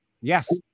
Yes